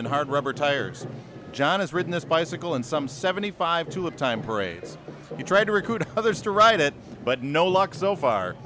and hard rubber tires john has written this bicycle and some seventy five to a time parades you try to recruit others to ride it but no luck so far